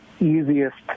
easiest